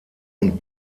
und